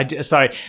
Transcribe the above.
sorry